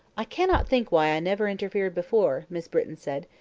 i cannot think why i never interfered before, miss britton said,